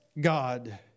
God